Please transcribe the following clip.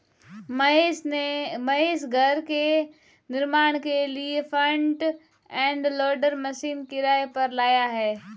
महेश घर के निर्माण के लिए फ्रंट एंड लोडर मशीन किराए पर लाया